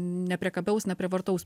nepriekabiaus neprievartaus